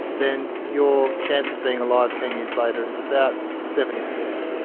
then your chance of being alive ten years later is about seventy percent.